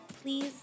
Please